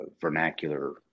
vernacular